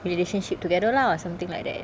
relationship together lah or something like that